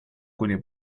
kuni